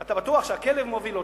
אתה בטוח שהכלב מוביל אותן,